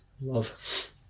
love